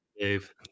Dave